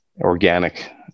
organic